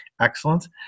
Excellent